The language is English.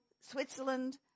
Switzerland